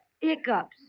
hiccups